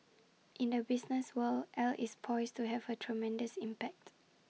in the business world AI is poised to have A tremendous impact